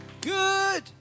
Good